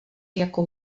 jako